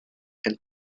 and